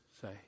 say